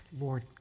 Lord